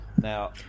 Now